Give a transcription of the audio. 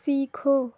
سیکھو